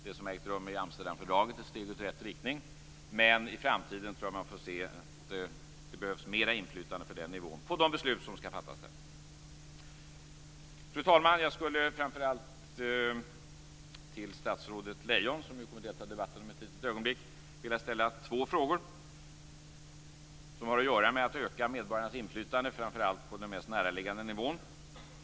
Det som har ägt rum i Amsterdamfördraget är ett steg i rätt riktning, men jag tror att vi i framtiden kommer att få se att det behövs mer inflytande för den nivån på de beslut som skall fattas där. Fru talman! Jag skulle vilja ställa två frågor till statsrådet Lejon som kommer att delta i debatten om ett litet ögonblick. Dessa frågor har att göra med hur man skall öka medborgarnas inflytande framför allt på den mest näraliggande nivån.